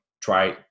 try